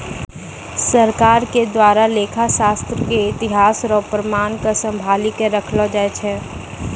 सरकार के द्वारा लेखा शास्त्र के इतिहास रो प्रमाण क सम्भाली क रखलो जाय छै